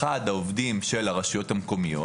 אחד, העובדים של הרשויות המקומיות.